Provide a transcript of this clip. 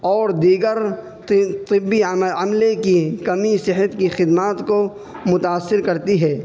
اور دیگر طبی عملے کی کمی صحت کی خدمات کو متاثر کرتی ہے